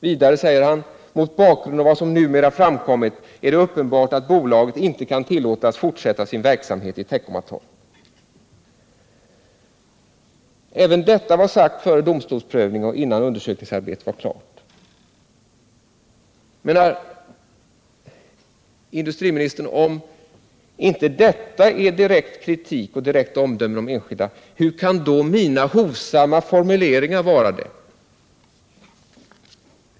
Vidare framhåller jordbruksministern: ”Mot bakgrund av vad som numera framkommit är det enligt min mening uppenbart att bolaget inte kan tillåtas att fortsätta sin verksamhet i Teckomatorp.” Även detta sades före domstolsprövning och innan undersökningsarbetet var klart. Om inte detta, Nils Åsling, är direkt kritik och direkta omdömen om enskilda, hur kan då mina hovsamma formuleringar vara det?